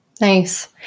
nice